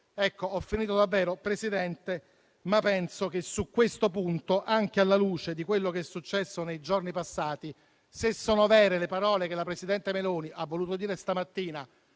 Singh. Ho finito davvero, signora Presidente, ma penso che su questo punto, anche alla luce di quello che è successo nei giorni passati, se sono vere le parole che la presidente del Consiglio Meloni ha voluto dire stamattina,